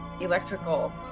electrical